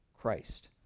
Christ